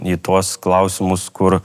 į tuos klausimus kur